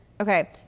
Okay